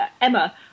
Emma